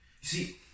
see